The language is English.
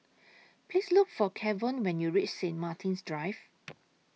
Please Look For Kevon when YOU REACH Saint Martin's Drive